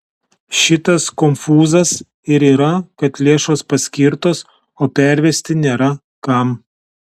šitas konfūzas ir yra kad lėšos paskirtos o pervesti nėra kam